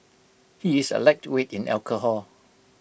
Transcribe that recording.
he is A lightweight in alcohol